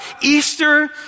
Easter